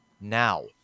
now